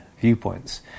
viewpoints